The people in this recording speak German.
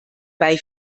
bei